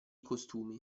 costumi